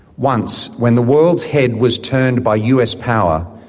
once, when the world's head was turned by us power,